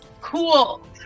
Cool